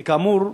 כי כאמור,